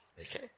Okay